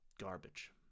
garbage